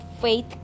faith